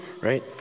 right